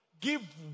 Give